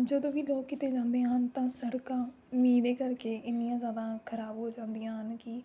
ਜਦੋਂ ਵੀ ਲੋਕ ਕਿਤੇ ਜਾਂਦੇ ਹਨ ਤਾਂ ਸੜਕਾਂ ਮੀਂਹ ਦੇ ਕਰਕੇ ਇੰਨੀਆਂ ਜ਼ਿਆਦਾ ਖ਼ਰਾਬ ਹੋ ਜਾਂਦੀਆਂ ਹਨ ਕਿ